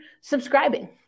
subscribing